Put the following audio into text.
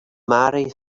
marry